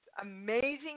Amazing